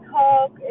talk